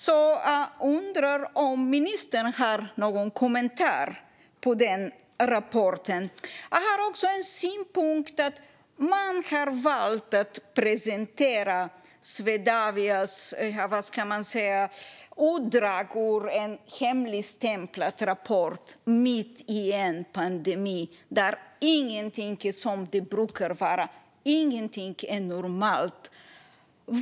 Jag undrar om ministern har någon kommentar till den rapporten. Jag har också en synpunkt. Man har valt att presentera Swedavias utdrag ur en hemligstämplad rapport mitt i en pandemi, där ingenting är som det brukar. Ingenting är normalt.